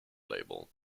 label